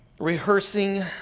Rehearsing